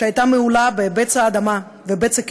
שהייתה מהולה בבצע אדמה ובצע כסף,